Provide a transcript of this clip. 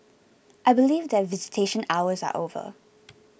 I believe that visitation hours are over